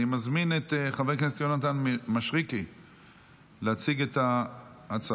אני מזמין את חבר הכנסת יונתן מישרקי להציג את ההצעה.